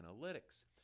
Analytics